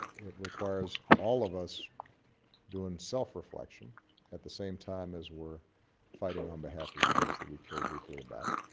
it requires all of us doing self-reflection at the same time as we're fighting on behalf of the things that we care deeply about.